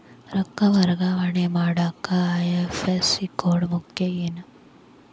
ರೊಕ್ಕ ವರ್ಗಾವಣೆ ಮಾಡಾಕ ಐ.ಎಫ್.ಎಸ್.ಸಿ ಕೋಡ್ ಮುಖ್ಯ ಏನ್